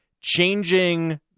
changing